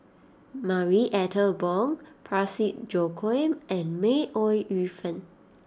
Marie Ethel Bong Parsick Joaquim and May Ooi Yu Fen